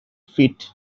feet